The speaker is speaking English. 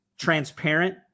transparent